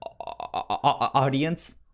audience